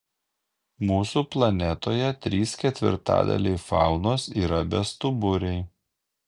mūsų planetoje trys ketvirtadaliai faunos yra bestuburiai